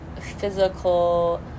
physical